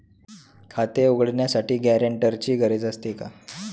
खाते उघडण्यासाठी गॅरेंटरची गरज असते का?